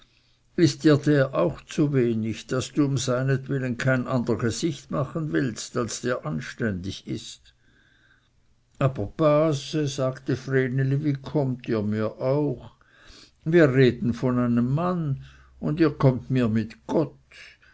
der auch zu wenig daß du um seinetwillen kein ander gesicht machen willst als dir anständig ist aber base sagte vreneli wie kommt ihr mir auch wir reden von einem mann und ihr kommt mir mit gott